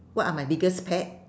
what are my biggest pet